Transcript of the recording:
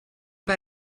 pas